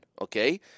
Okay